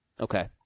Okay